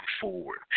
forward